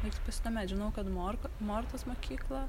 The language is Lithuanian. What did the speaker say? reiks pasidomėt žinau kad mork mortos mokykla